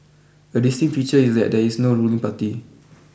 a distinct feature is that there is no ruling party